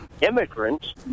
Immigrants